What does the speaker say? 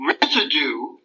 residue